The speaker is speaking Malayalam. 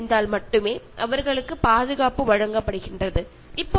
അതിൽ ഒരു സ്ത്രീക്ക് 6 പുരുഷന്മാരുമായി ജീവിക്കേണ്ടതുണ്ട്